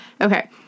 Okay